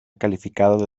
calificado